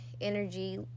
energy